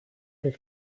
eich